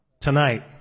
tonight